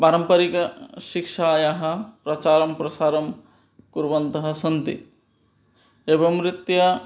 पारम्परिकशिक्षायाः प्रचारं प्रसारं कुर्वन्तः सन्ति एवं रीत्या